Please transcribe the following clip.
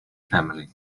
family